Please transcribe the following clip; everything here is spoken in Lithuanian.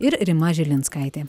ir rima žilinskaitė